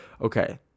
Okay